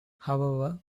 however